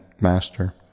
master